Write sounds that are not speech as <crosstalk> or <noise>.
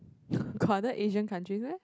<laughs> got other Asian countries meh